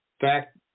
fact